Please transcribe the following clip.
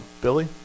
Billy